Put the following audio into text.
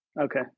Okay